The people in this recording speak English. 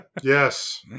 Yes